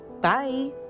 Bye